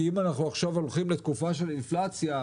כי אם אנחנו עכשיו הולכים לתקופה של אינפלציה,